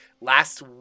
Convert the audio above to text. last